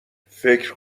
فکر